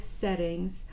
settings